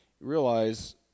realize